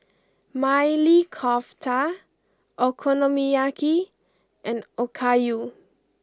Maili Kofta Okonomiyaki and Okayu